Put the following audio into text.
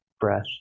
breath